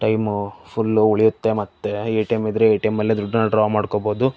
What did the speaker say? time full ಉಳಿಯುತ್ತೆ ಮತ್ತೆ A T M ಇದ್ದರೆ ಎ ಟಿ ಎಂ ಅಲ್ಲೇ ದುಡ್ಡನ್ನ ಡ್ರಾ ಮಾಡ್ಕೋಬಹುದು